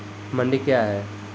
मंडी क्या हैं?